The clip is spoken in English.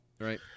Right